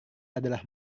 adalah